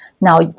now